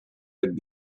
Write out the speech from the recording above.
had